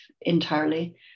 entirely